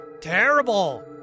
terrible